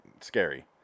scary